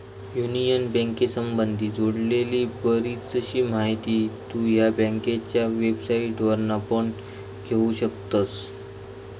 union बँकेसंबधी जोडलेली बरीचशी माहिती तु ह्या बँकेच्या वेबसाईटवरना पण घेउ शकतस